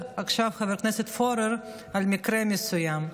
חבר הכנסת פורר דיבר עכשיו על מקרה מסוים.